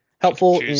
Helpful